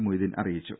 മൊയ്തീൻ അറിയിച്ചു